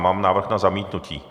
Mám návrh na zamítnutí.